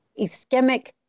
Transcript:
ischemic